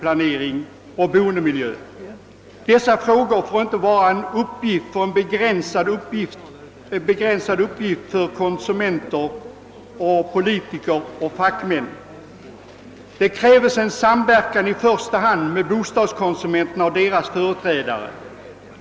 Lösningen av dessa frågor får inte vara en begränsad uppgift för politiker och fackmän, utan det krävs en samverkan med i första hand bostadskonsumenterna och deras företrädare.